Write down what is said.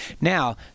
Now